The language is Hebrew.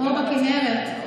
כמו בכינרת.